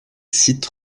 sites